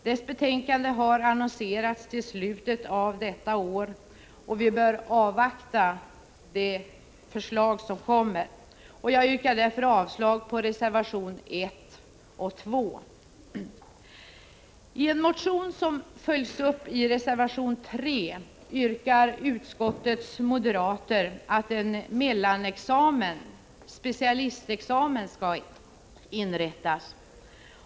Dess betänkande har annonserats till slutet av detta år. Vi bör avvakta de förslag som kommer. Jag yrkar därför avslag på reservationerna 1 och 2. I en motion som följs upp i reservation 3 yrkar utskottets moderater att en mellanexamen/specialistexamen skall inrättas.